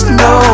no